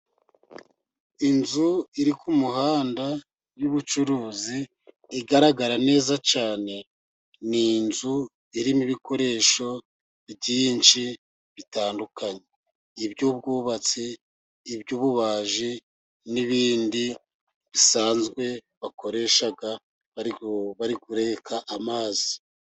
Inzu iri kumuhanda y'ubucuruzi igaragara neza cyane, n'inzu irimo ibikoresho byinshi bitandukanye, iby'ubwubatsi, iby'ububaji, n'ibindi bisanzwe bakoresha bari kureka amazi.